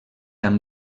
amb